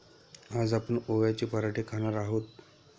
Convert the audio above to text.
आज आपण ओव्याचे पराठे खाणार आहोत